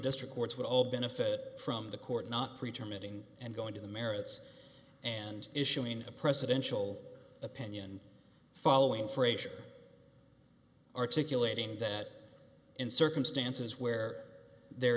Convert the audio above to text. district courts would all benefit from the court not preacher meeting and going to the merits and issuing a presidential opinion following frazier articulating that in circumstances where there